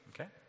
okay